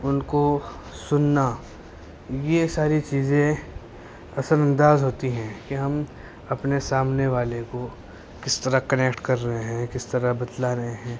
ان کو سننا یہ ساری چیزیں اثرانداز ہوتی ہیں کہ ہم اپنے سامنے والے کو کس طرح کنیکٹ کر رہے ہیں کس طرح بتلا رہے ہیں